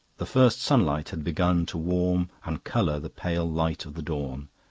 the first sunlight had begun to warm and colour the pale light of the dawn.